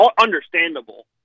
Understandable